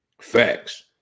Facts